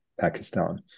Pakistan